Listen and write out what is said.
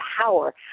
power